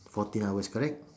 fourteen hours correct